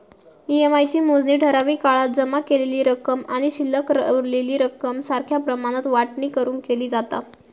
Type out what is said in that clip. EMI ची मोजणी ठराविक काळात जमा केलेली रक्कम आणि शिल्लक रवलेली रक्कम सारख्या प्रमाणात वाटणी करून केली जाता